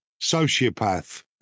sociopath